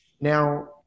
Now